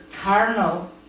carnal